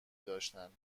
داشتند